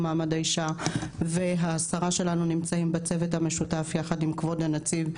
מעמד האישה והשרה שלנו נמצאים בצוות המשותף יחד עם כבוד הנציב,